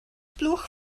blwch